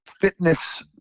fitness